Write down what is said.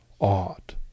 ought